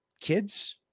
kids